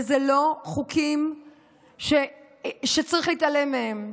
וזה לא חוקים שצריך להתעלם מהם,